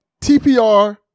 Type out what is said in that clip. TPR